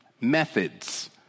methods